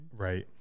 right